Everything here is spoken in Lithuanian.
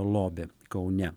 lobį kaune